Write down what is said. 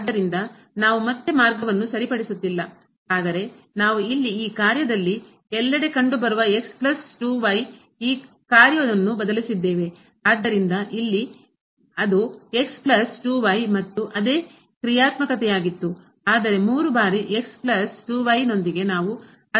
ಆದ್ದರಿಂದ ನಾವು ಮತ್ತೆ ಮಾರ್ಗವನ್ನು ಸರಿಪಡಿಸುತ್ತಿಲ್ಲ ಆದರೆ ನಾವು ಇಲ್ಲಿ ಈ ಕಾರ್ಯದಲ್ಲಿ ಎಲ್ಲೆಡೆ ಕಂಡುಬರುವ ಪ್ಲಸ್ 2 ಈ ಕಾರ್ಯವನ್ನು ಬದಲಿಸಿದ್ದೇವೆ ಆದ್ದರಿಂದ ಇಲ್ಲಿ ಅದು ಪ್ಲಸ್ 2 ಮತ್ತು ಮತ್ತೆ ಅದೇ ಕ್ರಿಯಾತ್ಮಕತೆಯಾಗಿತ್ತು ಆದರೆ 3 ಬಾರಿ ಪ್ಲಸ್ 2 ನಾವು ಅದನ್ನು